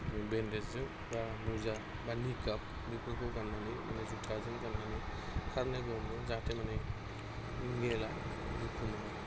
बेन्देजजों बा मुजा बा निकाब बेफोरखौ गाननानै माने जुथाजों गाननानै खारनांगौ जाहाथे नेला दुखु मोना